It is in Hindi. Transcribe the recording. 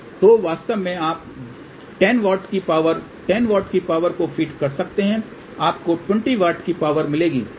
तो वास्तव में आप 10 W की पावर10 W की पावर को फीड सकते हैं आपको 20 W की पावर मिलेगी